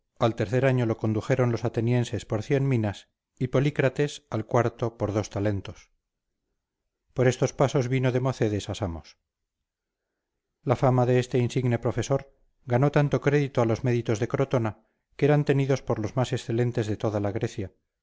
al tercer año lo condujeron los atenienses por cien minas y polícrates al cuarto por dos talentos por estos pasos vino democedes a samos la fama de este insigne profesor ganó tanto crédito a los médicos de crotona que eran tenidos por los más excelentes de toda la grecia